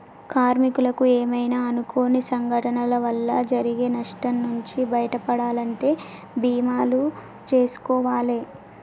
కార్మికులకు ఏమైనా అనుకోని సంఘటనల వల్ల జరిగే నష్టం నుంచి బయటపడాలంటే బీమాలు జేసుకోవాలే